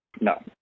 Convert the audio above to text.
No